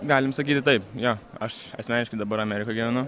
galim sakyti taip jo aš asmeniškai dabar amerikoj gyvenu